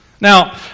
Now